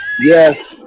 Yes